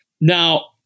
Now